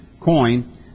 coin